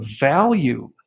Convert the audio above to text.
value